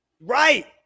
right